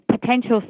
potential